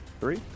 three